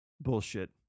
Bullshit